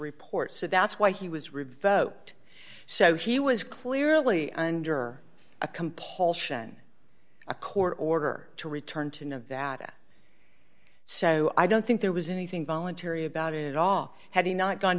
report so that's why he was revoked so he was clearly under a compulsion a court order to return to nevada so i don't think there was anything voluntary about it at all had he not gone